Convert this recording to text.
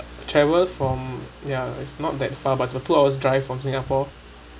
traveled from ya it's not that far but it was two hours drive from singapore